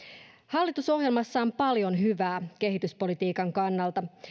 hallitusohjelmassa on paljon hyvää kehityspolitiikan kannalta